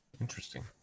Interesting